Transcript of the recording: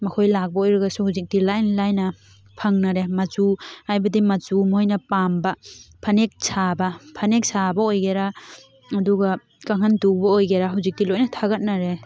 ꯃꯈꯣꯏ ꯂꯥꯛꯄ ꯑꯣꯏꯔꯒꯁꯨ ꯍꯧꯖꯤꯛꯇꯤ ꯂꯥꯏꯅ ꯂꯥꯏꯅ ꯐꯪꯅꯔꯦ ꯃꯆꯨ ꯍꯥꯏꯕꯗꯤ ꯃꯆꯨ ꯃꯣꯏꯅ ꯄꯥꯝꯕ ꯐꯅꯦꯛ ꯁꯥꯕ ꯐꯅꯦꯛ ꯁꯥꯕ ꯑꯣꯏꯒꯦꯔꯥ ꯑꯗꯨꯒ ꯀꯥꯡꯈꯟ ꯇꯨꯕ ꯑꯣꯏꯒꯦꯔꯥ ꯍꯧꯖꯤꯛꯇꯤ ꯂꯣꯏꯅ ꯊꯥꯒꯠꯅꯔꯦ